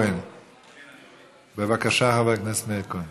הנושא של תיקון פקודת הרוקחים יעבור לוועדת